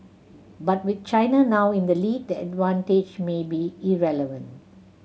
but with China now in the lead the advantage may be irrelevant